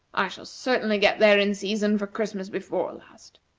i shall certainly get there in season for christmas before last.